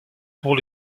pour